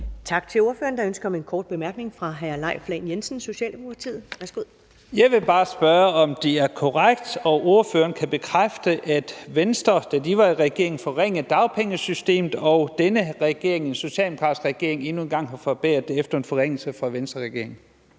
Der er ønske om en kort bemærkning fra hr. Leif Lahn Jensen, Socialdemokratiet. Værsgo. Kl. 15:05 Leif Lahn Jensen (S): Jeg vil bare spørge, om det er korrekt, og om ordføreren kan bekræfte, at Venstre, da de var i regering, forringede dagpengesystemet, og at denne regering – den socialdemokratiske regering – endnu en gang har forbedret det efter en forringelse foretaget af en Venstreregering.